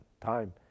time